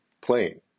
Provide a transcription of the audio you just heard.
playing